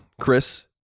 Chris